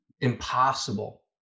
impossible